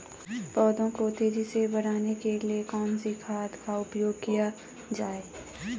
पौधों को तेजी से बढ़ाने के लिए कौन से खाद का उपयोग किया जाए?